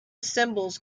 cymbals